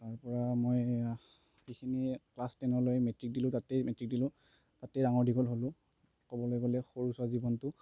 তাৰ পৰা মই এইখিনিয়ে ক্লাছ টেনলৈ মেট্ৰিক দিলোঁ তাতেই মেট্ৰিক দিলোঁ তাতেই ডাঙৰ দীঘল হ'লোঁ ক'বলৈ গ'লে সৰুচোৱা জীৱনটো